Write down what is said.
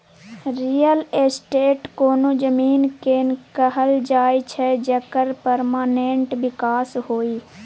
real estate कोनो जमीन केँ कहल जाइ छै जकर परमानेंट बिकास होइ